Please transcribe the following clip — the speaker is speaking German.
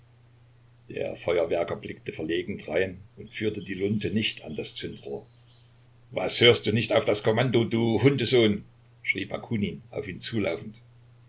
der feuerwerker blickte verlegen drein und führte die lunte nicht an das zündrohr was hörst du nicht auf das kommando du hundesohn schrie bakunin auf ihn zulaufend